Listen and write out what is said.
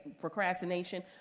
procrastination